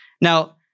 Now